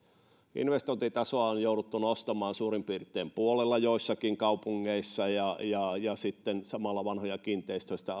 investointitasoa on jouduttu nostamaan suurin piirtein puolella joissakin kaupungeissa ja ja sitten samalla vanhoja kiinteistöjä